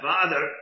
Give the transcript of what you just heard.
Father